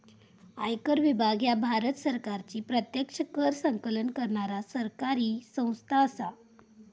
आयकर विभाग ह्या भारत सरकारची प्रत्यक्ष कर संकलन करणारा सरकारी संस्था असा